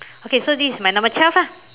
okay so this is my number twelve ah